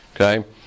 okay